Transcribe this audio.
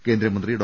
കേന്ദ്രമന്ത്രി ഡോ